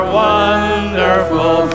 wonderful